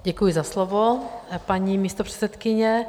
Děkuji za slovo, paní místopředsedkyně.